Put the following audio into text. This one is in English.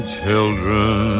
children